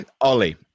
ollie